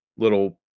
little